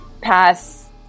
pass